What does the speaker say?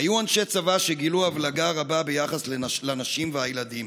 היו אנשי צבא שגילו הבלגה רבה ביחס לנשים והילדים.